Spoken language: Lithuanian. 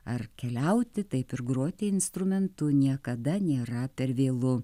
ar keliauti taip ir groti instrumentu niekada nėra per vėlu